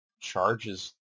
charges